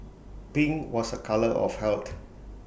pink was A colour of health